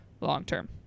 long-term